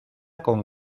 con